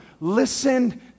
Listen